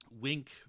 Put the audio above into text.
wink